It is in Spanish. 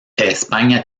españa